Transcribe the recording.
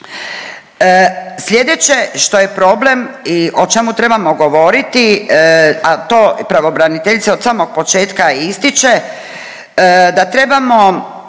Sljedeće što je problem i o čemu trebamo govoriti, a to pravobraniteljica od samog početka i ističe da trebamo